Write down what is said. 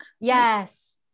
Yes